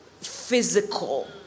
physical